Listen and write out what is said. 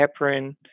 heparin